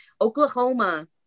Oklahoma